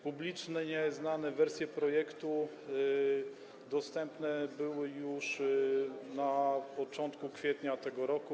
Publicznie znane wersje projektu dostępne były już na początku kwietnia tego roku.